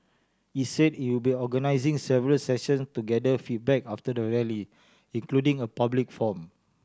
it said it will be organising several sessions to gather feedback after the Rally including a public forum